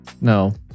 No